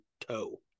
toe